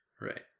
right